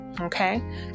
okay